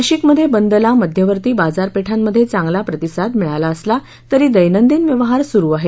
नाशिकमध्ये बंदला मध्यवर्ती बाजारपेठांमध्ये चांगला प्रतिसाद मिळाला असला तरी दैनंदिन व्यवहार सुरु आहेत